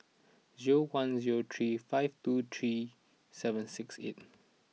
zero one zero three five two three seven six eight